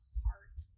heart